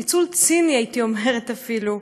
ניצול ציני הייתי אומרת אפילו,